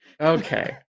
Okay